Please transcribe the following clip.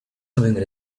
something